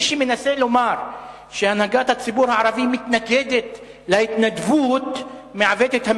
מי שמנסה לומר שהנהגת הציבור הערבי מתנגדת להתנדבות מעוות את המציאות.